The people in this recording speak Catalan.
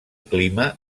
clima